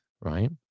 right